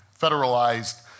federalized